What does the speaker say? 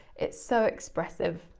it's so expressive,